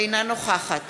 אינה נוכחת